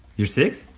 you're six?